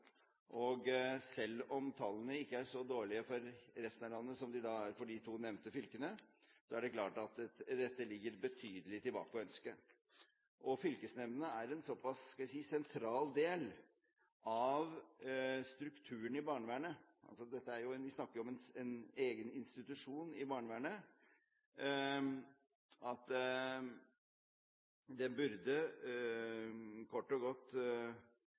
om. Selv om tallene ikke er så dårlige for resten av landet som for de to nevnte fylkene, er det klart at dette ligger betydelig tilbake å ønske. Fylkesnemndene er en såpass sentral del av strukturen i barnevernet – vi snakker om en egen institusjon i barnevernet – at dette burde kort og godt